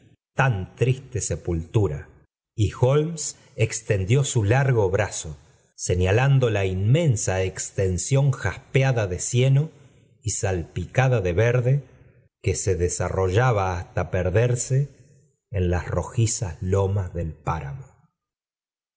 tan triste sepultura y holmes extendió su largo brazo señalando la inmensa extensión jaspeada de cieno y salpicada de verde que se desarrollaba hasta k as rojizas lomas del páramo